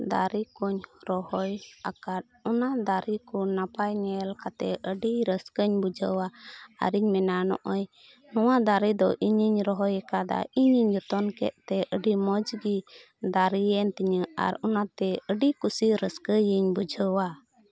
ᱫᱟᱨᱮ ᱠᱚᱧ ᱨᱚᱦᱚᱭ ᱟᱠᱟᱫ ᱚᱱᱟ ᱫᱟᱨᱮ ᱠᱚ ᱱᱟᱯᱟᱭ ᱧᱮᱞ ᱠᱟᱛᱮᱫ ᱟᱹᱰᱤ ᱨᱟᱹᱥᱠᱟᱹᱧ ᱵᱩᱡᱷᱟᱹᱣᱟ ᱟᱨᱤᱧ ᱢᱮᱱᱟ ᱱᱚᱜᱼᱚᱭ ᱱᱚᱣᱟ ᱫᱟᱨᱮ ᱫᱚ ᱤᱧᱤᱧ ᱨᱚᱦᱚᱭ ᱟᱠᱟᱫᱟ ᱤᱧᱤᱧ ᱡᱚᱛᱚᱱ ᱠᱮᱫᱛᱮ ᱟᱹᱰᱤ ᱢᱚᱡᱽᱜᱮ ᱫᱟᱨᱮᱭᱮᱱ ᱛᱤᱧᱟ ᱟᱨ ᱚᱱᱟᱛᱮ ᱟᱹᱰᱤ ᱠᱩᱥᱤ ᱨᱟᱹᱥᱠᱟᱹᱜᱤᱧ ᱵᱩᱡᱷᱟᱹᱣᱟ